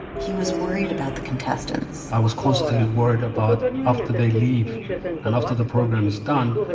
he was worried about the contestants i was constantly worried about, after they leave and after the program is done,